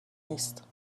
نیست